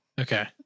Okay